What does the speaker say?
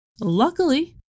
Luckily